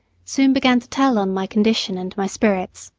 soon began to tell on my condition and my spirits.